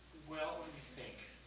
well, let me think.